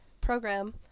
program